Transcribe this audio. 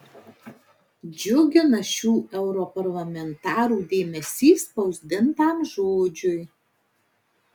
džiugina šių europarlamentarų dėmesys spausdintam žodžiui